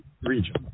region